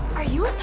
are you